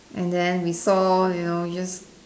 and then we saw you know we just